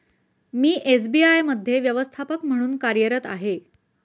मी एस.बी.आय मध्ये व्यवस्थापक म्हणून कार्यरत आहे